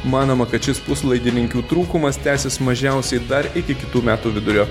manoma kad šis puslaidininkių trūkumas tęsis mažiausiai dar iki kitų metų vidurio